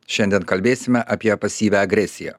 šiandien kalbėsime apie pasyvią agresiją